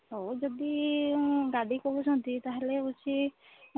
ହଉ ଯଦି ଗାଡ଼ି କହୁଛନ୍ତି ତା'ହେଲେ ହେଉଛି